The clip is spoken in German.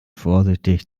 vorsichtig